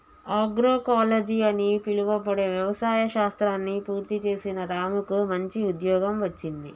agroecology అని పిలువబడే వ్యవసాయ శాస్త్రాన్ని పూర్తి చేసిన రాముకు మంచి ఉద్యోగం వచ్చింది